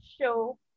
show